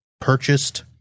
purchased